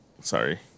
sorry